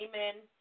amen